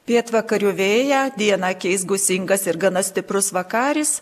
pietvakarių vėją dieną keis gūsingas ir gana stiprus vakaris